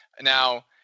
Now